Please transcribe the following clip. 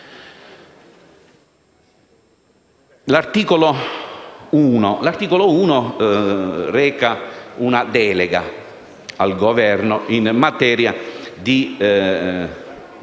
L'articolo 1 reca una delega al Governo in materia di